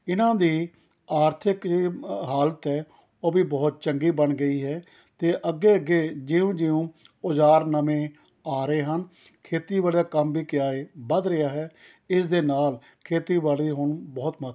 ਇਨ੍ਹਾਂ ਦੀ ਆਰਥਿਕ ਯੇ ਮ ਹਾਲਤ ਹੈ ਉਹ ਵੀ ਬਹੁਤ ਚੰਗੀ ਬਣ ਗਈ ਹੈ ਅਤੇ ਅੱਗੇ ਅੱਗੇ ਜਿਉਂ ਜਿਉਂ ਔਜਾਰ ਨਵੇਂ ਆ ਰਹੇ ਹਨ ਖੇਤੀਬਾੜੀ ਦਾ ਕੰਮ ਵੀ ਕਿਆ ਹੈ ਵੱਧ ਰਿਹਾ ਹੈ ਇਸ ਦੇ ਨਾਲ ਖੇਤੀਬਾੜੀ ਹੁਣ ਬਹੁਤ ਮਹੱਤਤਾ ਹੈ